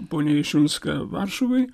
ponia ješiunska varšuvoj